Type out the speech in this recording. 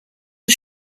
are